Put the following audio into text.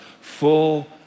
full